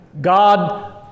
God